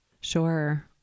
Sure